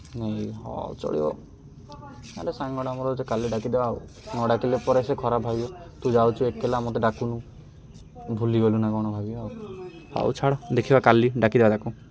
ନାଇଁ ହଁ ଚଳିବ ସାଙ୍ଗଟା ମୋର କାଲି ଡାକିଦେବା ଆଉ ନ ଡାକିଲେ ପରେ ସେ ଖରାପ ଭାବିବ ତୁ ଯାଉଛୁ ଏକଲା ମୋତେ ଡାକୁନୁ ଭୁଲିଗଲୁ ନା କ'ଣ ଭାବିବ ଆଉ ହଉ ଛାଡ଼ ଦେଖିବା କାଲି ଡାକିଦେବା ତାକୁ